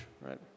right